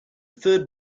third